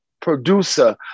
producer